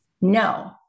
No